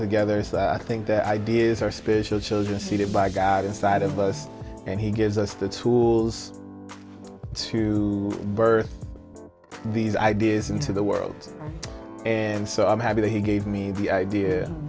together so i think their ideas are special children seated by god inside of us and he gives us the tools to birth these ideas into the world and so i'm happy that he gave me the idea